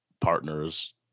partners